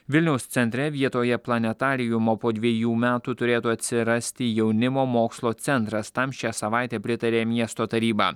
vilniaus centre vietoje planetariumo po dvejų metų turėtų atsirasti jaunimo mokslo centras tam šią savaitę pritarė miesto taryba